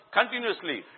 continuously